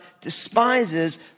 despises